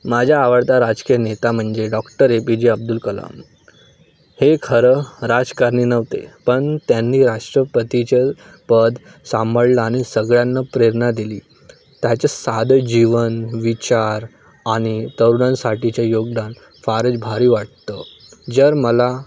माझ्या आवडता राजकीय नेता म्हणजे doctor A P J Abdul Kalam हे खरं राजकारणी नव्हते पण त्यांनी राष्ट्रपतीचं पद सांभळलं आणि सगळ्यांना प्रेरणा दिली त्याचं साधं जीवन विचार आणि तरुणांसाठीचे योगदान फारच भारी वाटतं जर मला